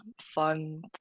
fun